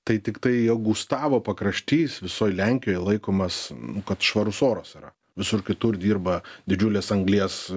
tai tiktai augustavo pakraštys visoj lenkijoj laikomas nu kad švarus oras yra visur kitur dirba didžiulės anglies